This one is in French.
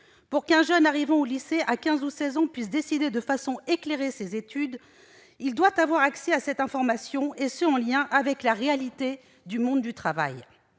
Pour qu'un jeune arrivant au lycée à quinze ou à seize ans puisse décider de façon éclairée de ses études, il doit avoir accès à cette information, en lien avec la réalité du monde du travail.